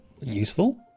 useful